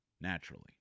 naturally